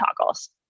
toggles